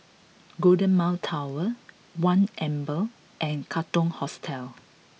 Golden Mile Tower One Amber and Katong Hostel